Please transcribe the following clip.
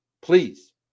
please